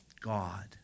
God